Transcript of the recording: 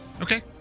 okay